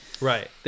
Right